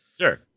Sure